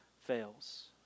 fails